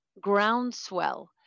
groundswell